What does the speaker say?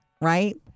right